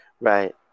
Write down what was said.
right